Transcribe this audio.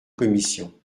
commission